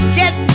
get